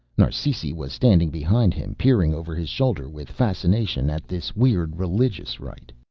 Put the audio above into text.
narsisi was standing behind him, peering over his shoulder with fascination at this weird religious rite.